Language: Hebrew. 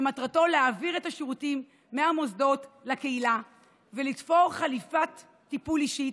שמטרתו להעביר את השירותים מהמוסדות לקהילה ולתפור חליפת טיפול אישית,